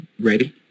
ready